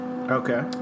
Okay